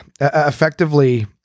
effectively